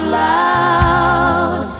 loud